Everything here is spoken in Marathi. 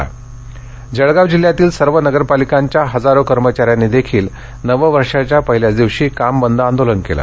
काम बंद आंदोलन जळगाव जळगाव जिल्ह्यातील सर्व नगरपालिकांच्या हजारो कर्मचाऱ्यांनी देखील नववर्षाच्या पहिल्याच दिवशी कामबंद आंदोलन केलं